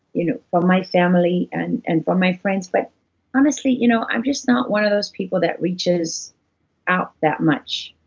you know but my family, and and from my friends, but like honestly, you know i'm just not one of those people that reaches out that much.